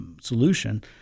solution